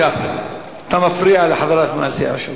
חבר הכנסת זחאלקה, אתה מפריע לחברה מהסיעה שלך.